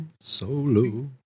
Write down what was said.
Solo